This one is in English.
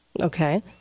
Okay